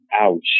ouch